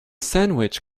sandwich